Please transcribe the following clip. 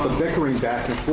bickering back